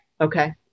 Okay